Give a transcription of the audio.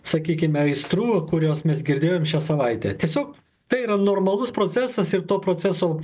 sakykime aistrų kurios mes girdėjom šią savaitę tiesiog tai yra normalus procesas ir to proceso